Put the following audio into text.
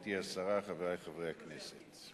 גברתי השרה, חברי חברי הכנסת,